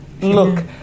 Look